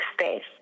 space